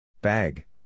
bag